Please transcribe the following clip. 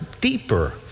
deeper